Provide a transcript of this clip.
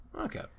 Okay